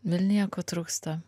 vilniuje ko trūksta